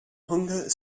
hunger